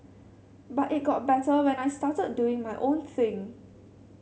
but it got better when I started doing my own thing